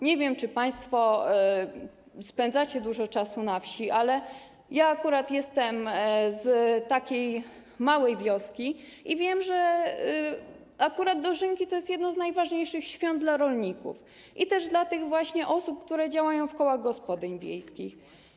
Nie wiem, czy państwo spędzacie dużo czasu na wsi, ale ja akurat jestem z takiej małej wioski i wiem, że akurat dożynki to jest jedno z najważniejszych świąt dla rolników, a także dla tych właśnie osób, które działają w kołach gospodyń wiejskich.